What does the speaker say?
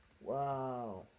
Wow